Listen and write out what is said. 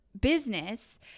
business